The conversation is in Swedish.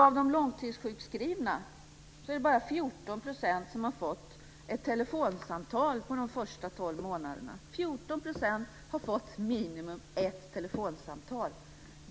Av de långtidssjukskrivna är det bara 14 % som har fått ett telefonsamtal under de första tolv månaderna. 14 % har fått minimun ett telefonsamtal!